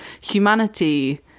humanity